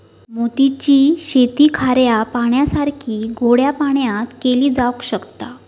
मोती ची शेती खाऱ्या पाण्यासारखीच गोड्या पाण्यातय केली जावक शकता